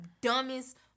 dumbest